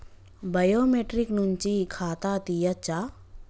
Biometric నుంచి ఖాతా తీయచ్చా?